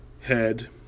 head